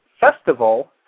festival